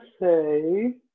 say